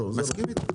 מסכים איתך,